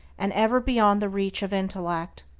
and ever beyond the reach of intellect.